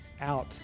out